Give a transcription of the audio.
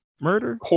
Murder